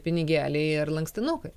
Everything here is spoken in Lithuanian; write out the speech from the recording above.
pinigėliai ir lankstinukai